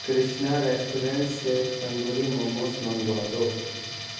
Krishna restaurant سے تندوری موموز منگوا دو